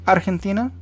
Argentina